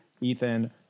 Ethan